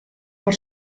por